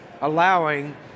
allowing